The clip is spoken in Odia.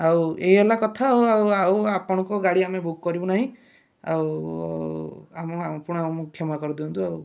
ଆଉ ଏଇ ହେଲା କଥା ଆଉ ଆଉ ଆପଣଙ୍କ ଗାଡ଼ି ଆଉ ଆମେ ବୁକ୍ କରିବୁ ନାହିଁ ଆଉ ଆମ ଆପଣ ଆମକୁ କ୍ଷମା କରିଦିଅନ୍ତୁ ଆଉ